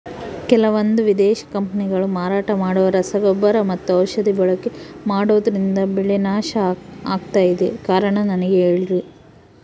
ಕೆಲವಂದು ವಿದೇಶಿ ಕಂಪನಿಗಳು ಮಾರಾಟ ಮಾಡುವ ರಸಗೊಬ್ಬರ ಮತ್ತು ಔಷಧಿ ಬಳಕೆ ಮಾಡೋದ್ರಿಂದ ಬೆಳೆ ನಾಶ ಆಗ್ತಾಇದೆ? ಕಾರಣ ನನಗೆ ಹೇಳ್ರಿ?